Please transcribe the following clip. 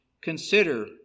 consider